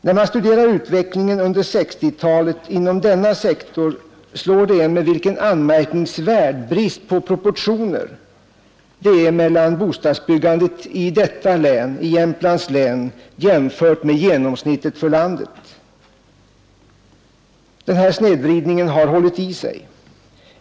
När man studerar utvecklingen under 1960-talet inom denna sektor, slår det en vilken anmärkningsvärd brist på proportioner det är mellan bostadsbyggandet i Jämtlands län och genomsnittet för landet. Den här snedvridningen har hållit i sig.